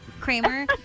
Kramer